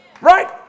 right